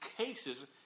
cases